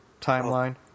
timeline